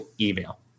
email